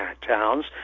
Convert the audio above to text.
towns